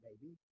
baby